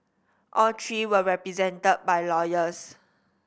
all three were represented by lawyers